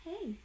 Hey